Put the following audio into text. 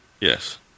Yes